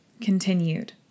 continued